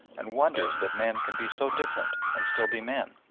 and wonders that men can be so different and still be men,